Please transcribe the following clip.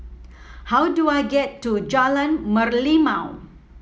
how do I get to Jalan Merlimau